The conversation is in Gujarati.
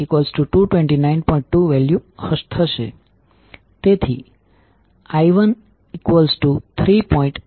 2વેલ્યુ થશે